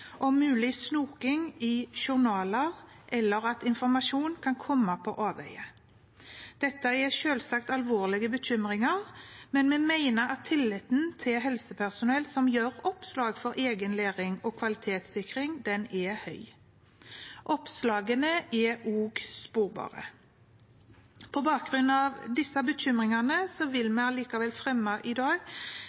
om mulig snoking i journaler, og at informasjon kan komme på avveie. Dette er selvsagt alvorlige bekymringer, men vi mener at tilliten til helsepersonell som gjør oppslag for egen læring og kvalitetssikring, er høy. Oppslagene er også sporbare. På bakgrunn av disse bekymringene vil vi likevel i dag